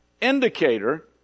indicator